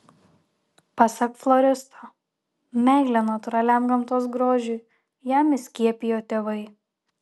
pasak floristo meilę natūraliam gamtos grožiui jam įskiepijo tėvai